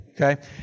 Okay